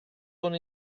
con